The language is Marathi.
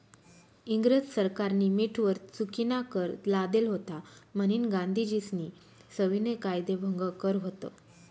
इंग्रज सरकारनी मीठवर चुकीनाकर लादेल व्हता म्हनीन गांधीजीस्नी सविनय कायदेभंग कर व्हत